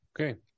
Okay